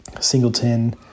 Singleton